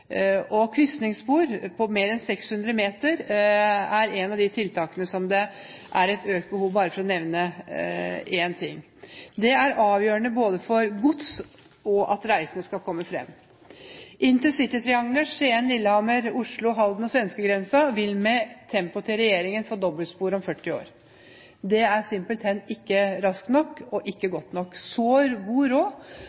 Krysningsspor på mer enn 600 meter er et av de tiltakene som det er et økt behov for, bare for å nevne én ting. Det er avgjørende for at både gods og reisende skal komme fram. Intercitytriangelet Oslo–Lillehammer–Skien–Halden med svenskegrensen vil med tempoet til regjeringen få dobbeltspor om 40 år. Det er simpelthen ikke raskt nok og ikke